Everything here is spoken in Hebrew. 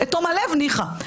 ניחא.